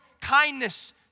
kindness